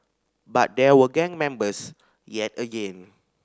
but there were gang members yet again